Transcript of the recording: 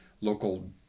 local